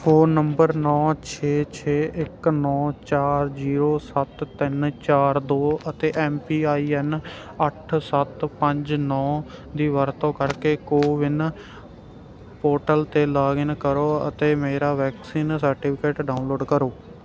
phone number ਨੌਂ ਛੇ ਛੇ ਇੱਕ ਨੌਂ ਚਾਰ ਜੀਰੋ ਸੱਤ ਤਿੰਨ ਚਾਰ ਦੋ ਅਤੇ ਐਮ ਪੀਆਈਐਨ ਅੱਠ ਸੱਤ ਪੰਜ ਨੌਂ ਦੀ ਵਰਤੋਂ ਕਰਕੇ ਕੋਵਿਨ ਪੋਰਟਲ 'ਤੇ ਲੌਗਇਨ ਕਰੋ ਅਤੇ ਮੇਰਾ ਵੈਕਸੀਨ ਸਰਟੀਫਿਕੇਟ ਡਾਊਨਲੋਡ ਕਰੋ